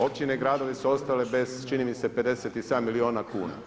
Općine i gradovi su ostale bez čini mi se 57 milijuna kuna.